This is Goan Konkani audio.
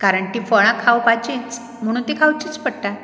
कारण तीं फळां खावपाचींच म्हणून तीं खावचींच पडटा